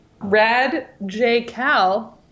Radjcal